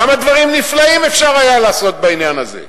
כמה דברים נפלאים היה אפשר לעשות בכסף הזה?